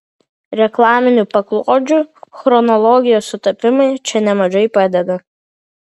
reklaminių paklodžių chronologijos sutapimai čia nemažai padeda